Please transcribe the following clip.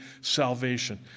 salvation